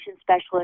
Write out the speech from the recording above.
specialist